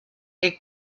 est